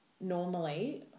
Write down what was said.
normally